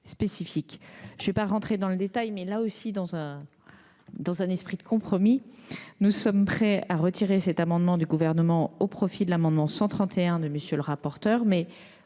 Sans entrer dans le détail, une fois encore, dans un esprit de compromis, nous sommes prêts à retirer cet amendement du Gouvernement au profit de l'amendement n° 131 de M. le rapporteur.